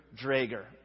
Drager